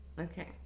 Okay